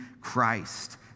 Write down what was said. Christ